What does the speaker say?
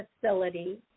facility